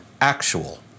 actual